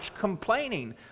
complaining